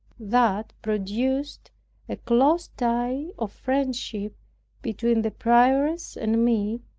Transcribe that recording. that produced a close tie of friendship between the prioress and me,